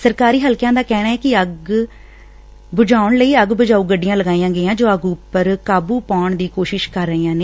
ਸਰਕਾਰੀ ਹਲਕਿਆਂ ਦਾ ਕਹਿਣੈ ਕਿ ਅੱਗ ਬੁਝਾਉਣ ਲਈ ਅੱਗ ਬੁਝਾਊ ਗੱਡੀਆਂ ਲਗਾਈਆਂ ਗਈਆਂ ਜੋ ਅੱਗ ਉਪਰ ਕਾਬੂ ਪਾਉਣ ਦੀ ਕੋਸ਼ਿਸ਼ ਕਰ ਰਹੀਆਂ ਨੇ